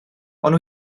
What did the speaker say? ond